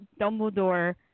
Dumbledore